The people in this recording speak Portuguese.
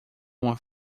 uma